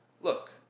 look